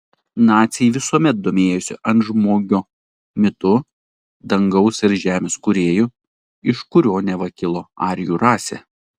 naciai visuomet domėjosi antžmogio mitu dangaus ir žemės kūrėju iš kurio neva kilo arijų rasė